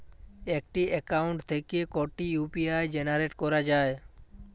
একটি অ্যাকাউন্ট থেকে কটি ইউ.পি.আই জেনারেট করা যায়?